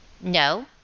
no